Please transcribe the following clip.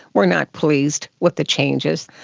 were not pleased with the changes.